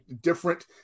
different